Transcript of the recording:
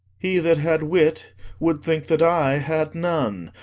he that had wit would think that i had none,